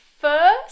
first